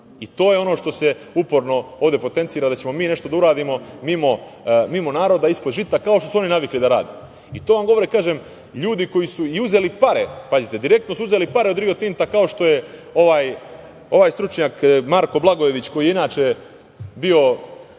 i to je ono što se uporno ovde potencira da ćemo mi nešto da uradimo mimo naroda „ispod žita“, kao što su oni navikli da rade. To vam govore, kažem, ljudi koji su uzeli pare. Pazite, direktno su uzeli pare od Rio Tinta, kao što je ovaj stručnjak Marko Blagojević, koji je inače bio,